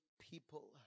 people